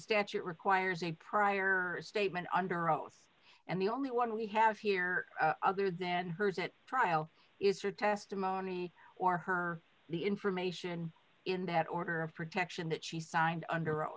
statute requires a prior statement under oath and the only one we have here other than hers at trial is her testimony or her the information in that order of protection that she signed under oath